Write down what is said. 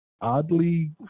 oddly